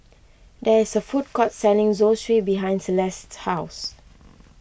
there is a food court selling Zosui behind Celeste's house